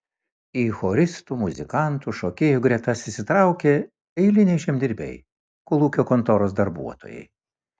į choristų muzikantų šokėjų gretas įsitraukė eiliniai žemdirbiai kolūkio kontoros darbuotojai